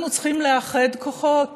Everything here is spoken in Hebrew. אנחנו צריכים לאחד כוחות